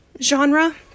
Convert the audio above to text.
genre